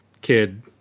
kid